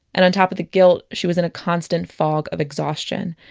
and on top of the guilt, she was in a constant fog of exhaustion.